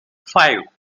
five